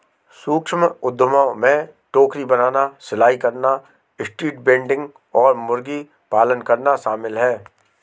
सूक्ष्म उद्यमों में टोकरी बनाना, सिलाई करना, स्ट्रीट वेंडिंग और मुर्गी पालन करना शामिल है